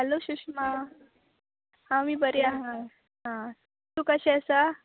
hello Sushma हांव बी बरें आहा आ तूं कशें आसा